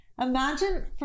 imagine